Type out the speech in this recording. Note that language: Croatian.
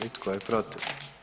I tko je protiv?